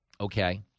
okay